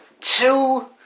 Two